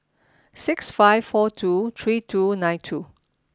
six five four two three two nine two